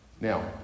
Now